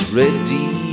ready